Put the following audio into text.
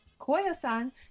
Koyasan